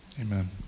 Amen